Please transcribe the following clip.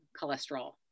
cholesterol